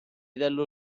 dello